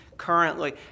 currently